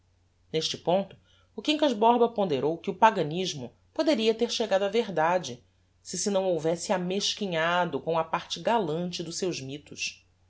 neste ponto o quincas borba ponderou que o paganismo poderia ter chegado á verdade se se não houvesse amesquinhado com a parte galante dos seus mythos